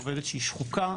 עובדת שהיא שחוקה,